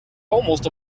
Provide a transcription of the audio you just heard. almost